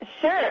Sure